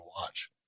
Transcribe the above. watch